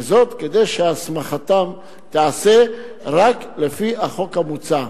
כדי שהסמכתם תיעשה רק לפי החוק המוצע.